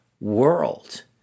world